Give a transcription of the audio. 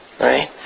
right